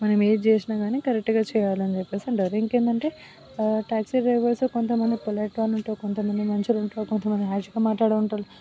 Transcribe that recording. మనం ఏది చేసిన కానీ కరెక్ట్గా చేయాలని చెప్పేసి అంటారు ఇంకేంటి అంటే ట్యాక్సీ డ్రైవర్స్ కొంత మంది పొలైట్ వాళ్ళు ఉంటే కొంత మంది మంచివాళ్ళు ఉంటారు కొంతమంది హర్ష్గా మాట్లాడే వాళ్ళు ఉంటారు